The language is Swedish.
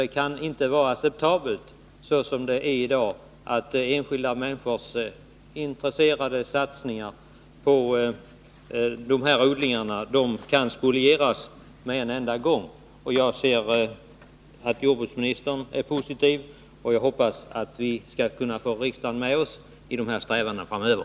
Det kan inte vara acceptabelt med sådana förhållanden som råder i dag, att enskilda människors intresserade satsningar på de här odlingarna kan spolieras på mycket kort tid.” Jag noterar att jordbruksministern är positiv, och jag hoppas att vi skall kunna få riksdagen med oss i de här strävandena framöver.